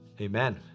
amen